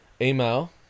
email